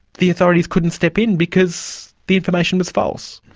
the authorities couldn't step in because the information was false.